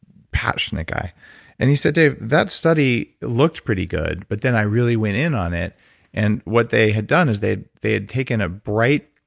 passionate guy and he said dave, that study looked pretty good but then i really went in on it and what they had done is they they had taken a bright